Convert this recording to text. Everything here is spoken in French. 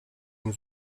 une